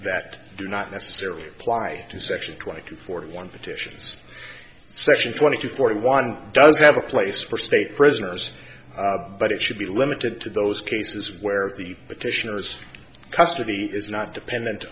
that do not necessarily apply to section twenty two forty one petitions section twenty two forty one does have a place for state prisoners but it should be limited to those cases where the petitioner has custody is not dependent